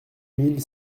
mille